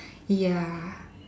ya